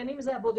בין אם זה הבודדים,